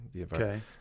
okay